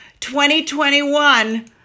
2021